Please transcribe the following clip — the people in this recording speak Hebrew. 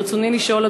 ברצוני לשאול,